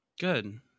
Good